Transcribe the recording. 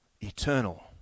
eternal